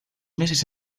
meses